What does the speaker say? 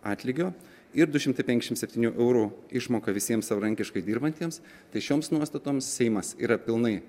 atlygio ir du šimtai penkiasdešimt septynių eurų išmoka visiems savarankiškai dirbantiems tai šioms nuostatoms seimas yra pilnai